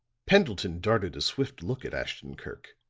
pendleton darted a swift look at ashton-kirk,